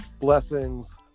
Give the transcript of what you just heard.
blessings